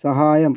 സഹായം